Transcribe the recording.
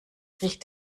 riecht